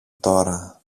τώρα